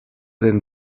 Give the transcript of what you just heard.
denn